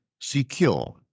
secure